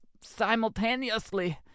simultaneously